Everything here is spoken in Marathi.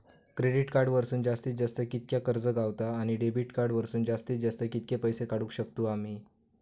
क्रेडिट कार्ड वरसून जास्तीत जास्त कितक्या कर्ज गावता, आणि डेबिट कार्ड वरसून जास्तीत जास्त कितके पैसे काढुक शकतू आम्ही?